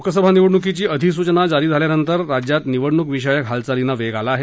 लोकसभा निवडणुकीची अधिसूचना जारी झाल्यानंतर राज्यात निवडणुक विषयक हालचालींना वेग आला आहे